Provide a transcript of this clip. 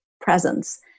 presence